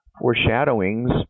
foreshadowings